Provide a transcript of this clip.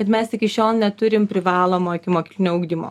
kad mes iki šiol neturim privalomo ikimokyklinio ugdymo